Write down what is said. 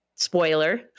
Spoiler